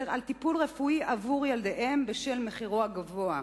על טיפול רפואי לילדיהם בשל מחירו הגבוה.